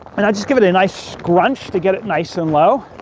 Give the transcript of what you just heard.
and i'll just give it a nice scrunch to get it nice and low.